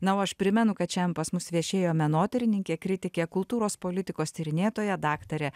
na o aš primenu kad šiandien pas mus viešėjo menotyrininkė kritikė kultūros politikos tyrinėtoja daktarė